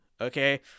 Okay